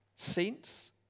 Saints